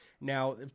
now